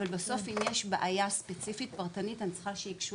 בסוף אם יש בעיה ספציפית פרטנית אני צריכה שייגשו